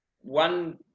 one